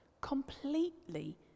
completely